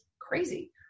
crazy